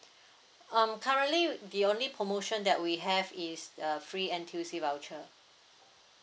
um currently the only promotion that we have is uh free N_T_U_C voucher